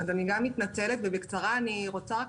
אז אני גם מתנצלת ובקצרה אני רוצה רק